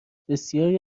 بسیاری